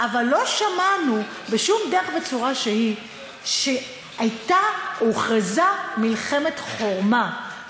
אבל לא שמענו בשום דרך וצורה שהיא שהוכרזה מלחמת חורמה,